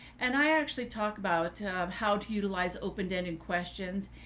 and i actually talk about how to utilize open-ended questions.